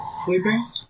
Sleeping